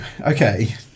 Okay